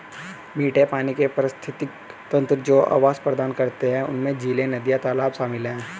मीठे पानी के पारिस्थितिक तंत्र जो आवास प्रदान करते हैं उनमें झीलें, नदियाँ, तालाब शामिल हैं